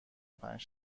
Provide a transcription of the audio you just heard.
پنج